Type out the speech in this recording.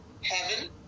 heaven